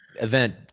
event